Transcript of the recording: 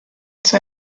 zur